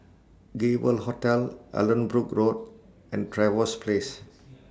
Gay World Hotel Allanbrooke Road and Trevose Place